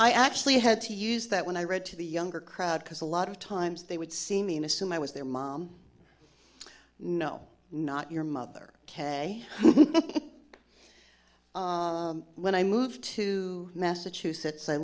i actually had to use that when i read to the younger crowd because a lot of times they would see me in assume i was their mom no not your mother ok when i moved to massachusetts i